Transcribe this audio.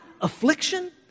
affliction